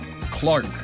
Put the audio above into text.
Clark